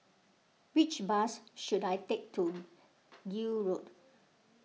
which bus should I take to Gul Road